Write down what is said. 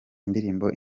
indirimbo